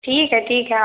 ठीक है ठीक है आप